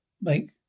make